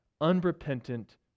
unrepentant